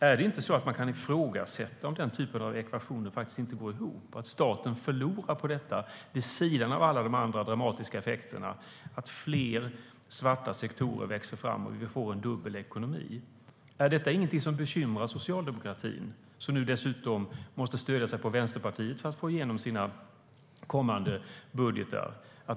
Är det inte så att man kan ifrågasätta om den typen av ekvation går ihop och att staten förlorar på detta vid sidan av alla de andra dramatiska effekterna såsom att fler svarta sektorer växer fram och vi får en dubbel ekonomi? Är detta ingenting som bekymrar socialdemokratin, som nu dessutom måste stödja sig på Vänsterpartiet för att få igenom sina kommande budgetar?